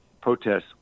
protests